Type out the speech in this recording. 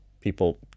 people